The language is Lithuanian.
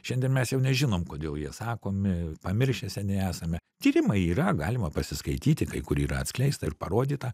šiandien mes jau nežinom kodėl jie sakomi pamiršę seniai esame tyrimai yra galima pasiskaityti kai kur yra atskleista ir parodyta